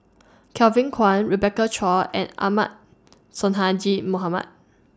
Kevin Kwan Rebecca Chua and Ahmad Sonhadji Mohamad